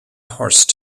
horse